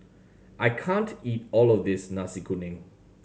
I can't eat all of this Nasi Kuning